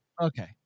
okay